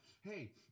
hey